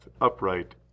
upright